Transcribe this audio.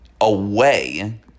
away